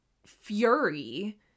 fury